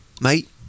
mate